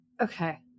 Okay